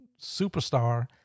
superstar